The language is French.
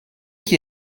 qui